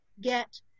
get